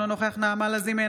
אינו נוכח נעמה לזימי,